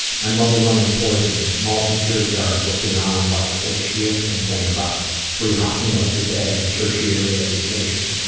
my mother running towards me. mall security guard looking on like what does she have to complain about? three hot meals a day and tertiary education.